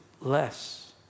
less